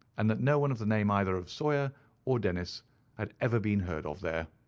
and that no one of the name either of sawyer or dennis had ever been heard of there.